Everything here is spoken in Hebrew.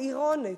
צעירונת,